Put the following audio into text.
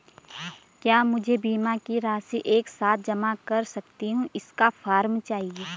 क्या मैं बीमा की राशि एक साथ जमा कर सकती हूँ इसका फॉर्म चाहिए?